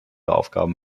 aufgaben